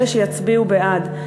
אלה שיצביעו בעד,